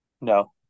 No